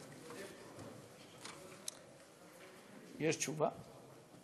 יש תשובה?